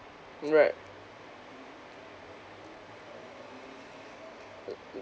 mm right